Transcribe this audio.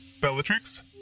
Bellatrix